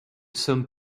sommes